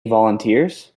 volunteers